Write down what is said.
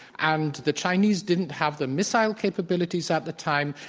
and the chinese didn't have the missile capabilities at the time.